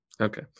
Okay